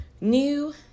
new